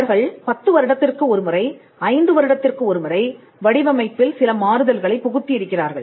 அவர்கள் 10 வருடத்துக்கு ஒருமுறை ஐந்து வருடத்திற்கு ஒருமுறை வடிவமைப்பில் சில மாறுதல்களைப் புகுத்தி இருக்கிறார்கள்